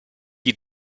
chi